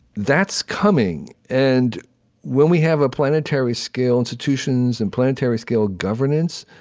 that's coming and when we have planetary-scale institutions and planetary-scale governance,